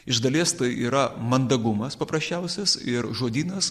iš dalies tai yra mandagumas paprasčiausias ir žodynas